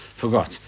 forgot